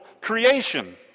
creation